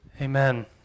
Amen